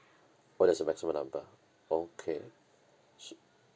oh there's a maximum number ah okay